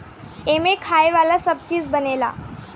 एमें खाए वाला सब चीज बनेला